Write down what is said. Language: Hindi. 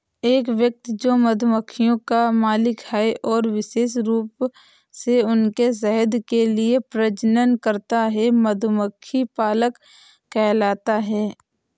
एक व्यक्ति जो मधुमक्खियों का मालिक है और विशेष रूप से उनके शहद के लिए प्रजनन करता है, मधुमक्खी पालक कहलाता है